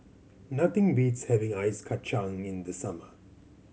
nothing beats having Ice Kachang in the summer